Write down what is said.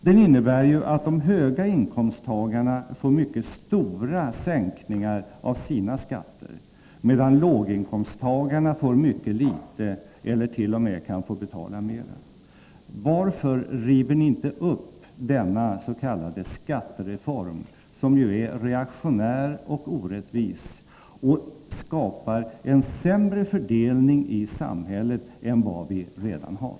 Den innebär att de med höga inkomster får mycket stora sänkningar av sina skatter, medan låginkomsttagare får en mycket liten sänkning eller t.o.m. får betala mer i skatt. Varför river ni inte upp dennas.k. skattereform, som ju är reaktionär och orättvis och skapar en sämre fördelning i samhället än vi redan har?